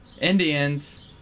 Indians